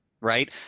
Right